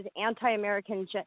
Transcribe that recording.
anti-American